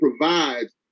provides